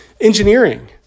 Engineering